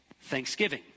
Thanksgiving